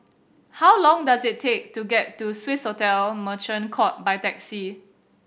how long does it take to get to Swissotel Merchant Court by taxi